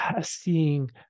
seeing